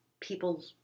people